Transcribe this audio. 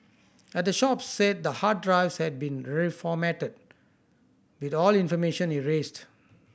at the shops said the hard drives had been reformatted with all information erased